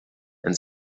and